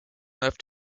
left